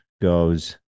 goes